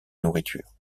nourriture